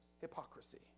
hypocrisy